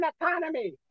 economy